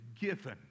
given